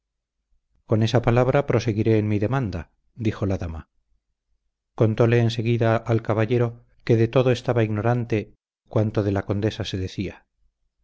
con esa palabra proseguiré en mi demanda la dijo la dama contóle en seguida al caballero que de todo estaba ignorante cuanto de la condesa se decía